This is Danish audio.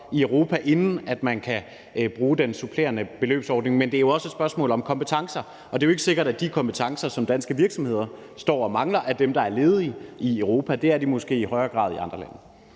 i Europa, inden man kan bruge den supplerende beløbsordning. Men det er også et spørgsmål om kompetencer, og det er jo ikke sikkert, at de kompetencer, som danske virksomheder står og mangler, findes hos dem, der er ledige i Europa. Det gør de måske i højere grad i andre lande.